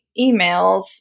emails